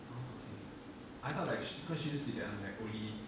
oh okay I thought like sh~ cause she used to be the ஒளி:oli